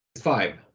five